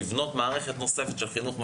לבנות מערכת נוספת של חינוך משלים,